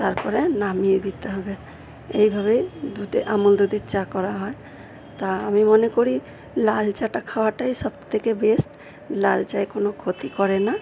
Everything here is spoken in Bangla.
তারপরে নামিয়ে দিতে হবে এইভাবেই দুধে আমুল দুধের চা করা হয় তা আমি মনে করি লাল চাটা খাওয়াটাই সবথেকে বেস্ট লাল চায়ে কোন ক্ষতি করে না